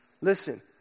Listen